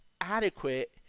adequate